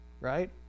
right